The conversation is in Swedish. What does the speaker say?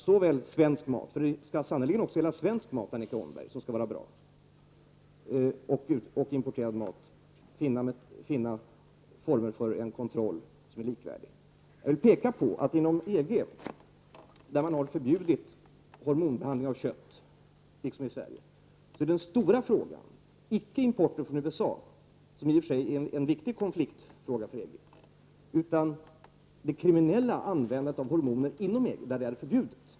Även svensk mat, Annika Åhnberg, skall sannerligen vara bra, och det gäller att finna former för en likvärdig kontroll av importerad mat. Inom EG, där hormonbehandling av kött har förbjudits, precis som i Sverige, är den stora frågan inte importen från USA, som i och för sig är en viktig konfliktfråga för EG, utan det kriminella användandet av hormoner inom EG.